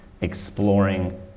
exploring